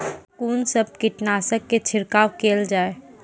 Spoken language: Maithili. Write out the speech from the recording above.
कून सब कीटनासक के छिड़काव केल जाय?